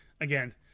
again